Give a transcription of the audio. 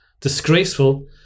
Disgraceful